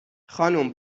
خانم